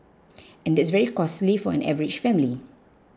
and that's very costly for an average family